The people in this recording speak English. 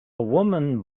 woman